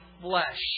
flesh